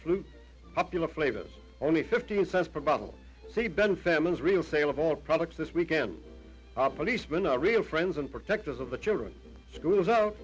flute popular flavors only fifteen cents per bottle see ben salman's real sale of all products this weekend the policemen are real friends and protectors of the children schools out